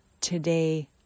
Today